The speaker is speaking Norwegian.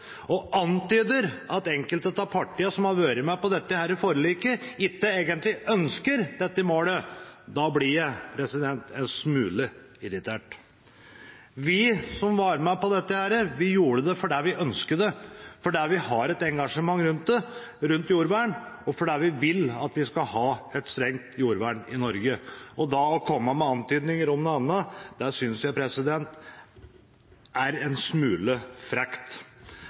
og antyder at enkelte av partiene som har vært med på dette forliket, ikke egentlig ønsker dette målet, blir jeg en smule irritert. Vi som var med på dette, gjorde det fordi vi ønsket det, fordi vi har et engasjement rundt jordvern, og fordi vi vil at vi skal ha et strengt jordvern i Norge. Da å komme med antydninger om noe annet synes jeg er en smule frekt.